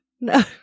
No